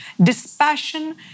Dispassion